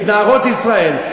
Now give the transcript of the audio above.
את נערות ישראל.